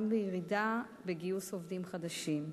בירידה בגיוס עובדים חדשים.